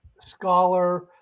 scholar